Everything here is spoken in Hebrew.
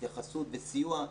התייחסות וסיוע.